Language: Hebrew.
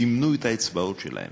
שימנו את האצבעות שלהם